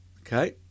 Okay